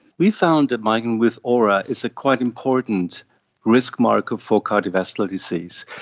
we found that migraine with aura is a quite important risk marker for cardiovascular disease.